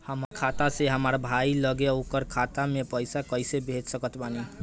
हमार खाता से हमार भाई लगे ओकर खाता मे पईसा कईसे भेज सकत बानी?